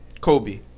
Kobe